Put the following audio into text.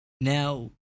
now